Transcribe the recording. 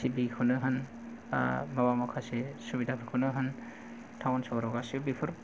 T V खौनो होन बा माखासे सुबिदाफोरखौनो होन टाउन सहराव गासै बेफोर